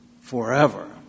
forever